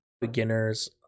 beginners